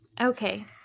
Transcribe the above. Okay